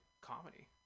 comedy